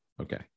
Okay